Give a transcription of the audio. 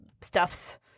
stuff's